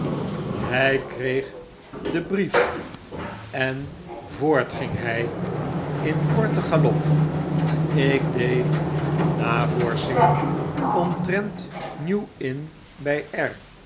hy kreeg den brief en voort ging ft in korten galop ff ik deed navorschingen omtrent new inn bij